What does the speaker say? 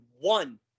one